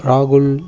ராகுல்